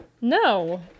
No